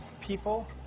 people